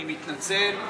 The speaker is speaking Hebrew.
אני מתנצל.